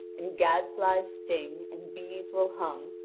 and gadflies sting, and bees will hum,